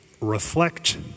reflect